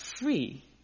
free